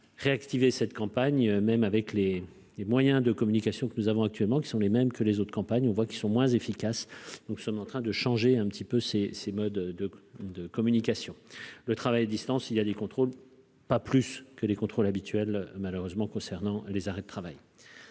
réactiver cette campagne, même avec les les moyens de communication que nous avons actuellement, qui sont les mêmes que les autres campagnes, on voit qu'ils sont moins efficaces, donc nous sommes en train de changer un petit peu ses ses modes de de communication le travail distance il y a des contrôles, pas plus que les contrôles habituels malheureusement concernant les arrêts de travail.